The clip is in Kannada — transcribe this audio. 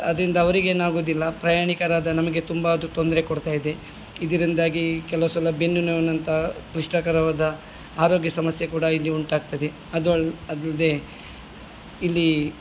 ಅದರಿಂದ ಅವರಿಗೇನಾಗೋದಿಲ್ಲ ಪ್ರಯಾಣಿಕರಾದ ನಮಗೆ ತುಂಬಾ ಅದು ತೊಂದರೆ ಕೊಡ್ತಾ ಇದೆ ಇದರಿಂದಾಗಿ ಕೆಲವು ಸಲ ಬೆನ್ನು ನೋವಿನಂತಹ ಕ್ಲಿಷ್ಟಕರವಾದ ಆರೋಗ್ಯ ಸಮಸ್ಯೆ ಕೂಡ ಇಲ್ಲಿ ಉಂಟಾಗ್ತದೆ ಅದು ಅಲ್ಲದೆ ಇಲ್ಲಿ